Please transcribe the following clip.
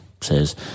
says